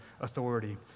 authority